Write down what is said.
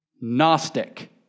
Gnostic